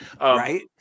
Right